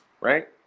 right